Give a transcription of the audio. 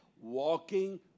walking